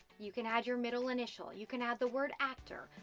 you can add your middle initial. you can have the word actor,